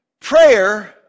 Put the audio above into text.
Prayer